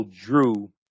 drew